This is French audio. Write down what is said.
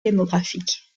démographique